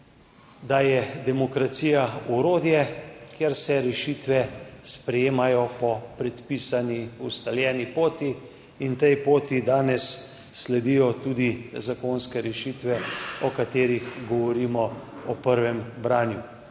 da je demokracija orodje, kjer se rešitve sprejemajo po predpisani, ustaljeni poti, in tej poti danes sledijo tudi zakonske rešitve, o katerih govorimo v prvem branju.